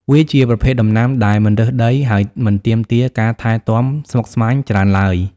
វាជាប្រភេទដំណាំដែលមិនរើសដី ហើយមិនទាមទារការថែទាំស្មុគស្មាញច្រើនឡើយ។